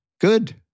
Good